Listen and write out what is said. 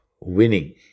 winning